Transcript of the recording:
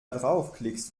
draufklickst